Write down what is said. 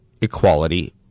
equality